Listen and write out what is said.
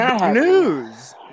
news